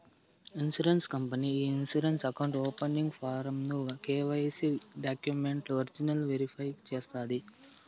insurance company ఈ insurance account opening form ను KYC డాక్యుమెంట్లు ఒరిజినల్ వెరిఫై చేస్తాది